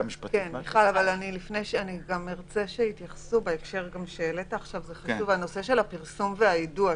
אני רוצה שתהיה התייחסות לנושא של הפרסום והיידוע,